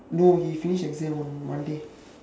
no he finish exam on monday